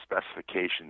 specifications